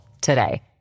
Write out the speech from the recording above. today